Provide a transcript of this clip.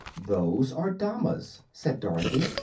those are damas, said dorothy,